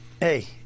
Hey